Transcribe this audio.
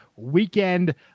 weekend